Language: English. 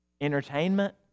Entertainment